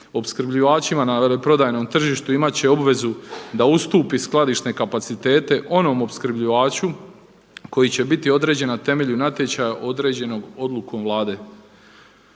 Opskrbljivačima na veleprodajnom tržištu imati će obvezu da ustupi skladišne kapacitete onom opskrbljivaču koji će biti određen na temelju natječaja određenom odlukom Vlade.